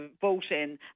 voting